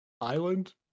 island